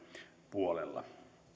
puolella